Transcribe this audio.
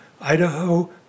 Idaho